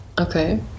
Okay